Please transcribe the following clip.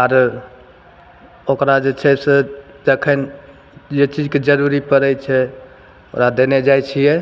आर ओकरा जे छै से जखन जे चीजके जरूरी पड़ै छै ओकरा देने जाइ छियै